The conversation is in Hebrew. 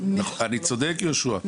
אני צודק, יהושע?